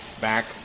back